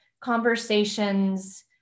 conversations